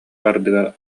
ардыгар